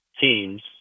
teams